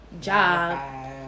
job